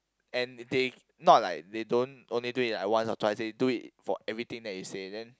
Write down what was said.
and they not like they don't only do it like once or twice they do it for like everything you say then